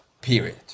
period